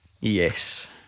Yes